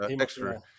extra